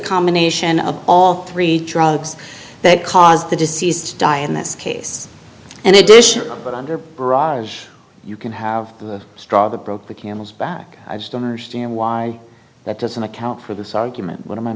combination of all three drugs that cause the disease die in this case and addition but under barrage you can have the straw that broke the camel's back i just don't understand why that doesn't account for this argument what